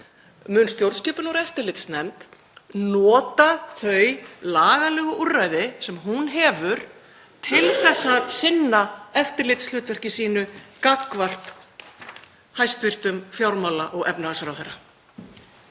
mun stjórnskipunar- og eftirlitsnefnd nota þau lagalegu úrræði sem hún hefur til að sinna eftirlitshlutverki sínu gagnvart hæstv. fjármála- og efnahagsráðherra.